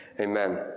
amen